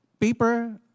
paper